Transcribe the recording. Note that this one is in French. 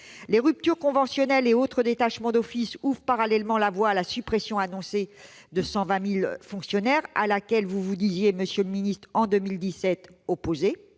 Les ruptures conventionnelles et autres détachements d'office ouvrent parallèlement la voie à la suppression annoncée de 120 000 postes de fonctionnaires, à laquelle vous vous disiez pourtant opposé,